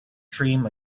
dream